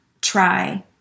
try